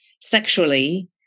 sexually